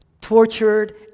tortured